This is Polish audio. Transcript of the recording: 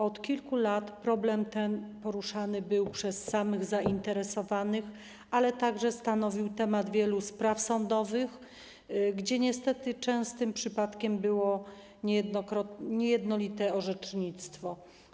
Od kilku lat problem ten poruszany był przez samych zainteresowanych, ale także stanowił temat wielu spraw sądowych, gdzie niestety częstym przypadkiem było niejednolite orzecznictwo.